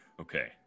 Okay